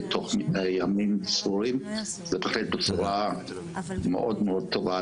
תוך ימים ספורים בהחלט בצורה מאוד טובה.